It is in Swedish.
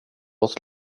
oss